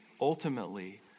ultimately